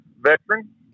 veteran